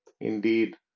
Indeed